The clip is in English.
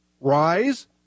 rise